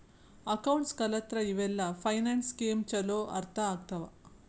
accounts ಕಲತ್ರ ಇವೆಲ್ಲ finance scheme ಚೊಲೋ ಅರ್ಥ ಆಗ್ತವಾ